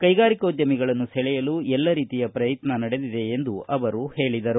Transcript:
ಕೈಗಾರಿಕೋದ್ಯಮಿಗಳನ್ನು ಸೆಳೆಯಲು ಎಲ್ಲ ರೀತಿಯ ಪ್ರಯತ್ನ ನಡೆದಿದೆ ಎಂದು ಅವರು ಹೇಳಿದರು